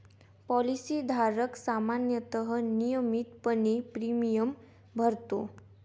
policy धारक सामान्यतः नियमितपणे प्रीमियम भरतो